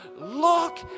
Look